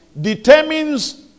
determines